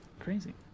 crazy